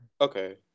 Okay